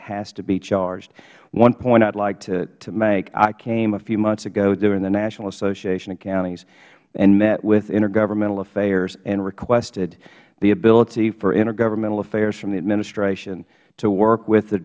has to be charged one point i would like to make i came a few months ago during the national association of counties and met with intergovernmental affairs and requested the ability for intergovernmental affairs from the administration to work with the